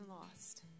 lost